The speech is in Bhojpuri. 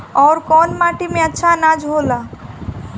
अवर कौन माटी मे अच्छा आनाज होला?